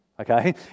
Okay